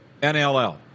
NLL